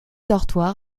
dortoir